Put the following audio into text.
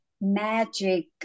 magic